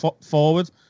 forward